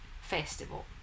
Festival